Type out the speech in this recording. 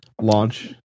launch